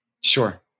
Sure